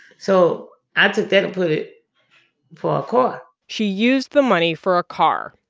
so i took that and put it for a car she used the money for a car.